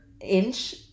inch